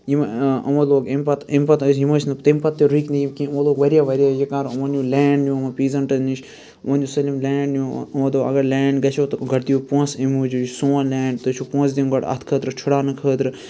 یِمو لوگُک امہِ پَتہٕ امہِ پَتہٕ ٲسۍ یِم ٲسۍ نہٕ تہِ پَتہٕ تہِ رُکۍ نہٕ یِم کینٛہہ مطلب واریاہ واریاہ یِمو نیوٗ لینٛڈ نِیوٗ یِمو پیٖزَنٹَن نِش ون سٲلِم لینڈ نیوٗ یِمو دوٚپ اگر لینڈ گژھیو تہٕ گۄڈٕ دِیو پونٛسہٕ امہِ موٗجوٗب یہِ سون لینڈ تہۍ پونٛسہٕ دِیِو گۄڈٕنیتھ خٲطرٕ چھُڑاونہٕ خٲطرٕ